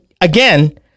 again